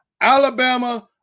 Alabama